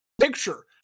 Picture